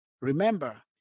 Remember